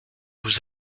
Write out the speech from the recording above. vous